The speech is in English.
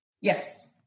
Yes